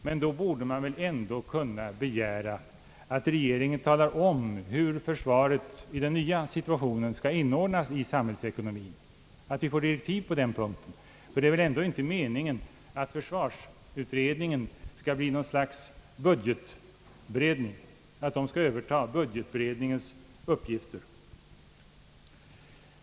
Men då borde man väl också kunna begära att regeringen talar om hur försvaret i den nya situationen skall inordnas i samhällsekonomien; att vi får direktiv på den punkten. Det kan ändå inte vara meningen att försvarsutredningen skall överta budgetberedningens uppgifter.